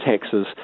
taxes